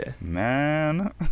man